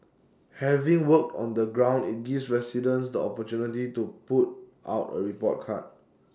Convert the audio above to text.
having worked on the ground IT gives residents the opportunity to put out A report card